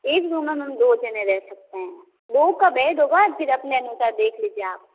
एक रूम में मैम दो जने रह सकते है दो का बेड होगा फिर अपने अनुसार देख लीजिए आप